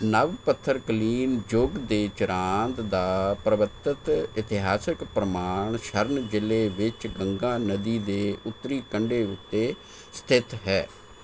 ਨਵ ਪੱਥਰ ਕਲੀਨ ਯੁੱਗ ਦੇ ਚਿਰਾਂਦ ਦਾ ਪੁਰਾਤੱਤਵ ਇਤਿਹਾਸਿਕ ਪ੍ਰਮਾਣ ਸਰਨ ਜ਼ਿਲ੍ਹੇ ਵਿੱਚ ਗੰਗਾ ਨਦੀ ਦੇ ਉੱਤਰੀ ਕੰਢੇ ਉੱਤੇ ਸਥਿਤ ਹੈ